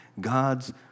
God's